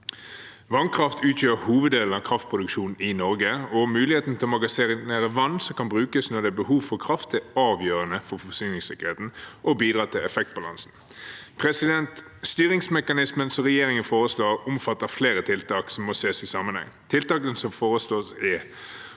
Vannkraft utgjør hoveddelen av kraftproduksjonen i Norge, og muligheten til å magasinere vann som kan brukes når det er behov for kraft, er avgjørende for forsyningssikkerheten og bidrar til effektbalanse. Styringsmekanismen som regjeringen foreslår, omfatter flere tiltak som må ses i sammenheng. Tiltakene som foreslås er